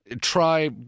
Try